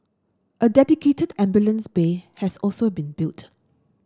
a dedicated ambulance bay has also been built